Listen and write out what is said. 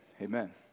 Amen